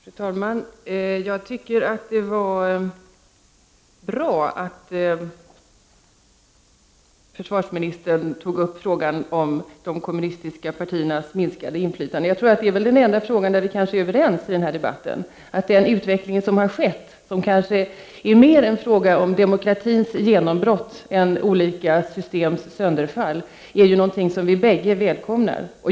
Fru talman! Jag tycker att det var bra att försvarsministern tog upp frågan om de kommunistiska partiernas minskade inflytande. Jag tror att det är den enda fråga där vi är överens i den här debatten. Den utveckling som har skett och som kanske är mer en fråga om demokratins genombrott än om olika systems sönderfall, är någonting som vi bägge välkomnar.